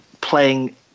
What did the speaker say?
playing